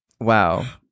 Wow